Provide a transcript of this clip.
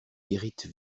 guérite